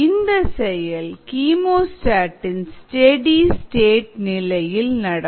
இந்த செயல் கீமோஸ்டாட் இன் ஸ்டெடி ஸ்டேட் நிலையில் நடக்கும்